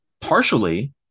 partially